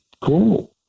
Cool